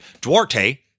Duarte